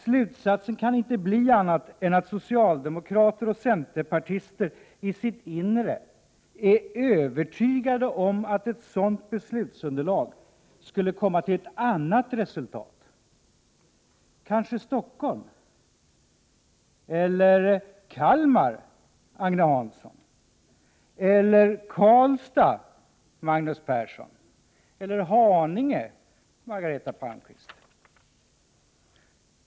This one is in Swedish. Slutsaten kan inte bli någon annan än att socialdemokrater och centerpartister i sitt inre är övertygade om att ett sådant beslutsunderlag skulle komma till ett anat resultat. Kanske Stockholm. Eller Kalmar, Agne Hansson. Eller Karlstad, Magnus Persson. Eller Haninge, Margareta Palmqvist.